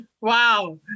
Wow